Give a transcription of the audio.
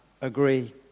agree